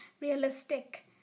Realistic